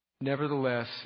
Nevertheless